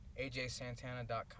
AJSantana.com